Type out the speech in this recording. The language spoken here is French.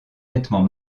nettement